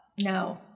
no